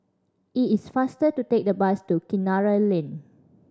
it is faster to take the bus to Kinara Lane